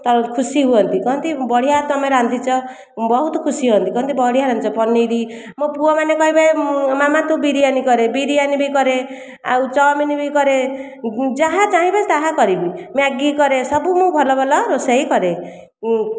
ଖୁସି ହୁଅନ୍ତି କହନ୍ତି ବଢ଼ିଆ ତୁମେ ରାନ୍ଧିଛ ବହୁତ ଖୁସି ହୁଅନ୍ତି କହନ୍ତି ବଢ଼ିଆ ରାନ୍ଧିଛ ପନିର ମୋ ପୁଅମାନେ କହିବେ ମାମା ତୁ ବିରିୟାନୀ କରେ ବିରିୟାନୀ ବି କରେ ଆଉ ଚାଉମିନ ବି କରେ ଯାହା ଚାହିଁବେ ତାହା କରିବି ମ୍ୟାଗି କରେ ସବୁ ମୁଁ ଭଲ ଭଲ ରୋଷେଇ କରେ